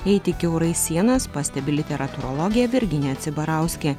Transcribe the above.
eiti kiaurai sienas pastebi literatūrologė virginija cibarauskė